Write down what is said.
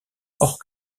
hors